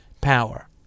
power